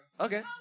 Okay